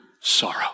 sorrow